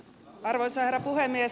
arvoisa herra puhemies